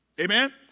Amen